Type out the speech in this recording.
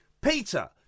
Peter